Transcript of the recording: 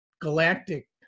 galactic